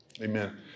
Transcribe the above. Amen